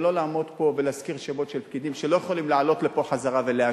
ולא לעמוד פה ולהזכיר שמות של פקידים שלא יכולים לעלות לפה ולהשיב.